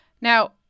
Now